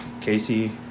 Casey